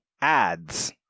ads